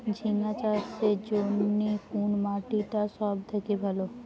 ঝিঙ্গা চাষের জইন্যে কুন মাটি টা সব থাকি ভালো?